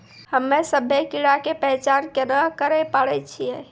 हम्मे सभ्भे कीड़ा के पहचान केना करे पाड़ै छियै?